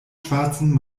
schwarzen